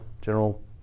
general